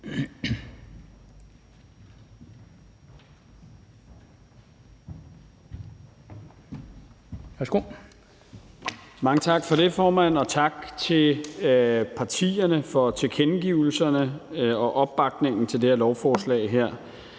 tak for det, formand. Og tak til partierne for tilkendegivelserne og opbakningen til det her lovforslag.